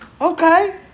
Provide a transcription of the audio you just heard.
Okay